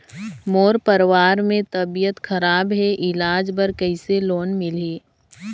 मोर परवार मे तबियत खराब हे इलाज बर कइसे लोन मिलही?